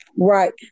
Right